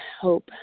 hope